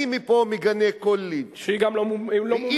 אני מפה מגנה כל לינץ' היא גם לא מומלצת,